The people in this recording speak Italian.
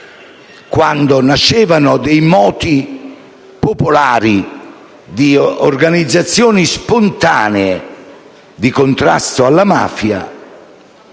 quando nascevano dei moti popolari, delle organizzazioni spontanee di contrasto alla mafia,